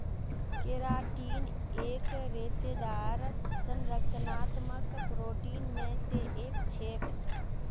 keratin एक रेशेदार संरचनात्मक प्रोटीन मे स एक छेक